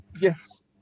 yes